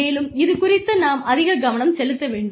மேலும் இது குறித்து நாம் அதிக கவனம் செலுத்த வேண்டும்